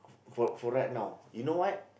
for for right now you know what